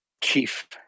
chief